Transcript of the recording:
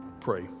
pray